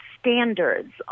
standards